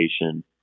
education